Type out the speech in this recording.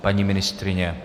Paní ministryně?